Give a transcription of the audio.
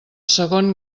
segon